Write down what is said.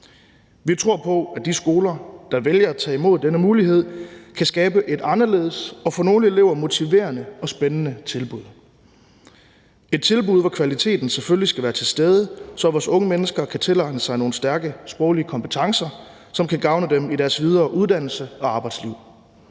Vi tror på, at de skoler, der vælger at tage imod denne mulighed, kan skabe et anderledes og for nogle elever motiverende og spændende tilbud; et tilbud, hvor kvaliteten selvfølgelig skal være til stede, så vores unge mennesker kan tilegne sig nogle stærke sproglige kompetencer, som kan gavne dem i deres videre uddannelse og arbejdsliv.